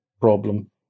problem